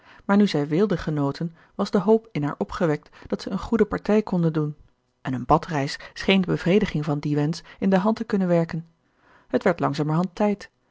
maar nu zij weelde genoten was de hoop in haar opgewekt dat zij een goede partij konden doen en eene badreis scheen de bevrediging van dien wensch in de hand te kunnen werken het werd langzamerhand tijd